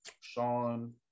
Sean